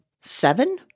seven